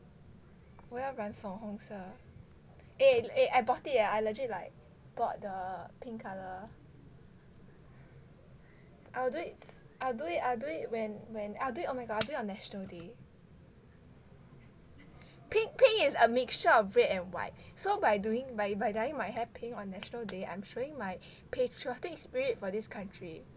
我要染粉红色 eh eh I bought it and I legit like bought the pink colour I'll do it I'll do it I'll do it when when I'll do it oh my god on national day pink pink is a mixture of red and white so by doing by by dyeing my hair pink on national day I'm showing my patriotic spirit for this country